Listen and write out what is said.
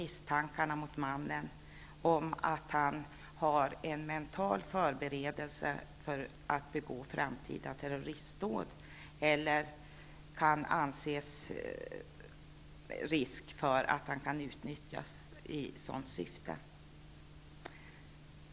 Misstankarna går ut på att han skulle förbereda sig mentalt för att begå framtida terroristbrott eller att det finns risk för att han kan utnyttjas i sådant syfte.